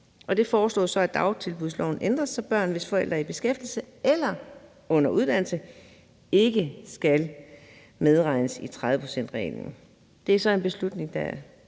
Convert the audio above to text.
Det foreslås så, at dagtilbudsloven ændres, så børn, hvis forældre er i beskæftigelse eller under uddannelse, ikke skal medregnes i reglen om de 30 pct. Det er så en beslutning, der